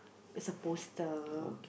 it's a poster